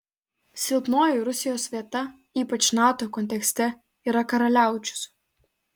silpnoji rusijos vieta ypač nato kontekste yra karaliaučius